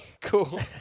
cool